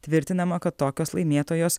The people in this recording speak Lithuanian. tvirtinama kad tokios laimėtojos